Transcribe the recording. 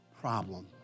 problem